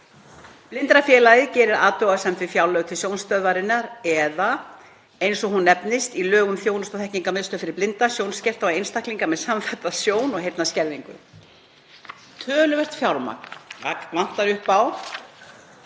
„Blindrafélagið gerir athugasemd við fjárlög til Sjónstöðvarinnar eða eins og hún nefnist í lögum Þjónustu- og þekkingarmiðstöð fyrir blinda, sjónskerta og einstaklinga með samþætta sjón- og heyrnarskerðingu. Töluvert fjármagn vantar upp á